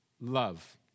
love